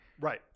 Right